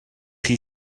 chi